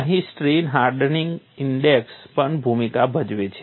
અહીં strain hardening index પણ ભૂમિકા ભજવશે